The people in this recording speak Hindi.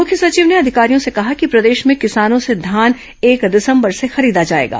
मुख्य सचिव ने अधिकारियों से कहा कि प्रदेश में किसानों से धान एक दिसंबर से खरीदा जाएगा